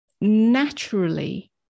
naturally